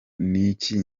n’iki